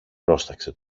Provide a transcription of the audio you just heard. πρόσταξε